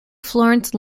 florence